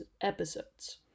episodes